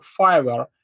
Fiverr